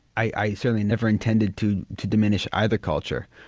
i certainly never intended to to diminish either culture,